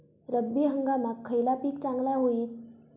रब्बी हंगामाक खयला पीक चांगला होईत?